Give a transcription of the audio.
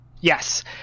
Yes